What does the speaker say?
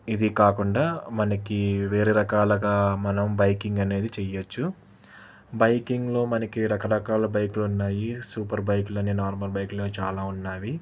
ఇది కాకుండా మనకి వేరే రకాలుగా మనం బైకింగ్ అనేది చేయవచ్చు బైకింగ్లో మనకి రకరకాల బైకులు ఉన్నాయి సూపర్ బైక్లని నార్మల్ బైక్లని చాలా ఉన్నావి